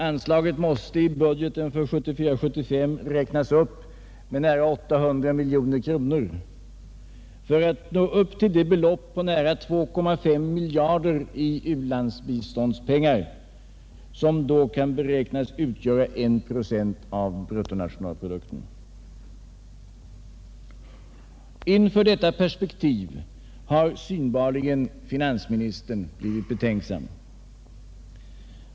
Anslaget måste då i budgeten för 1974/75 räknas upp med nära 800 miljoner kronor för att nå upp till det belopp på nära 2,5 miljarder i u-landsbiståndspengar som då kan beräknas utgöra en procent av bruttonationalprodukten. Inför detta perspektiv har finansministern synbarligen blivit betänksam.